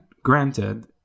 Granted